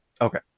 Okay